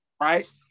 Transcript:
Right